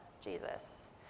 Jesus